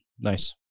Nice